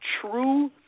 true